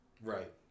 Right